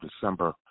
December